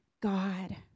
God